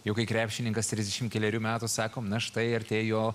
jau kai krepšininkas trisdešimt kelerių metų sakom na štai artėja jo